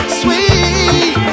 sweet